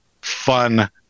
fun